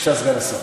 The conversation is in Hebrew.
בבקשה, סגן השר.